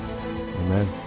Amen